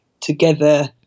together